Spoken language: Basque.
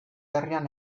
herrian